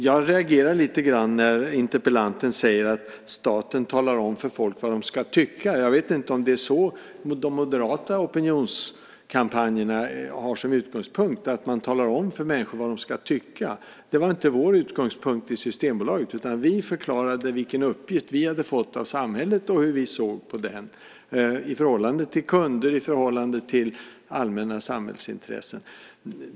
Jag reagerar lite grann när interpellanten säger att staten talar om för folk vad de ska tycka. Jag vet inte om de moderata opinionskampanjerna har som utgångspunkt att tala om för människor vad de ska tycka. Det var i alla fall inte utgångspunkten för oss i Systembolaget, utan vi förklarade vilken uppgift vi hade fått av samhället och hur vi såg på den i förhållande till kunder och i förhållande till allmänna samhällsintressen.